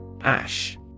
Ash